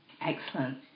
Excellent